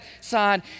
side